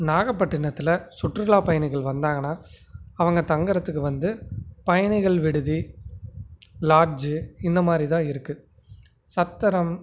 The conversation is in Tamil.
நாகப்பட்டினத்தில் சுற்றுலா பயணிகள் வந்தாங்கனா அவங்க தங்குகிறதுக்கு வந்து பயணிகள் விடுதி லாட்ஜ் இந்த மாதிரிதான் இருக்கு சத்திரம்